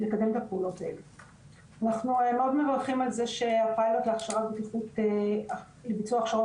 אנחנו מאוד מברכים על זה שהפיילוט לביצוע הכשרות